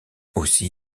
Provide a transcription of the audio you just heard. aussi